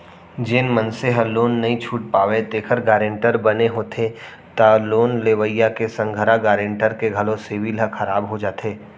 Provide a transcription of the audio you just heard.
जेन मनसे ह लोन नइ छूट पावय तेखर गारेंटर बने होथे त लोन लेवइया के संघरा गारेंटर के घलो सिविल ह खराब हो जाथे